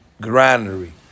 granary